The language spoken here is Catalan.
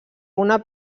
una